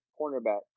cornerback